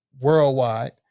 worldwide